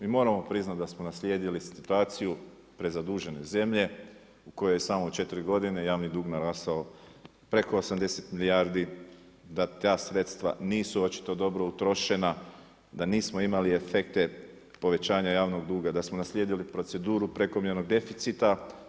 Mi moramo priznati da smo naslijedili situaciju prezadužene zemlje u kojoj je samo u 4 godine javni dug narastao preko 80 milijardi, da ta sredstva nisu očito dobro utrošena, da nismo imali efekte povećanja javnog duga, da smo naslijedili proceduru prekomjernog deficita.